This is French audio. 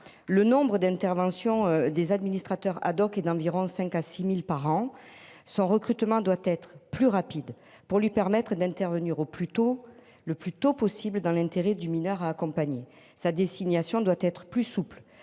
Le nombre d'interventions des administrateurs ad hoc et d'environ 5 à 6000 par an. Son recrutement doit être plus rapide pour lui permettre d'intervenir au plus tôt le plus tôt possible dans l'intérêt du mineur accompagné sa désignation doit être plus souple,